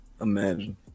imagine